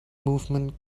movement